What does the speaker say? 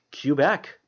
quebec